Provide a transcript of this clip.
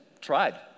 tried